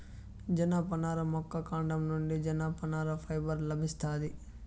జనపనార మొక్క కాండం నుండి జనపనార ఫైబర్ లభిస్తాది